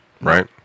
right